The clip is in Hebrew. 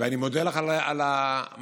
אני מודה לך על המעקב,